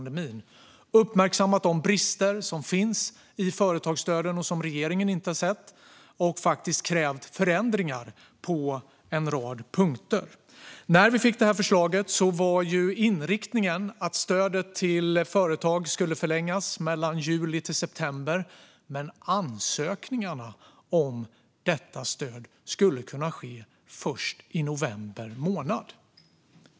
Det har uppmärksammat de brister som finns i företagsstöden och som regeringen inte sett och krävt förändringar på en rad punkter. När vi fick förslaget var inriktningen att stödet till företag skulle förlängas mellan juli till september men att ansökningarna om detta stöd skulle kunna ske först i november månad.